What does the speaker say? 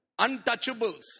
untouchables